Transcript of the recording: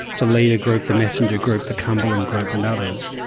the leader group, the messenger group, the cumberland group and others.